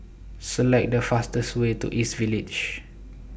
Select The fastest Way to East Village